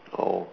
oh